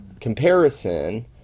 comparison